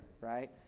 right